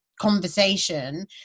conversation